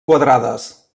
quadrades